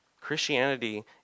Christianity